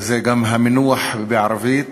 זה גם המינוח בערבית